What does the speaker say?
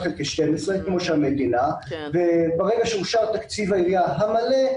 חלקי 12. וברגע שאושר תקציב העירייה המלא,